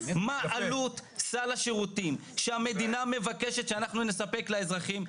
מה עלות סל השירותים שהמדינה מבקשת שאנחנו נספק לאזרחים,